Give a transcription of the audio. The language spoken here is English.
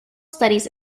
studies